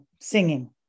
singing